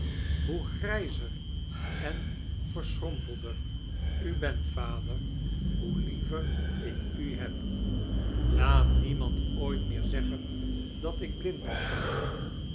hoe girijzer en verschrompeilder u bent vader hoe lieveir ik u heb laat niemand ooit meer zeggen dat ik blind ben vader